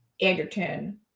Anderton